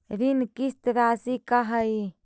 ऋण किस्त रासि का हई?